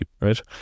right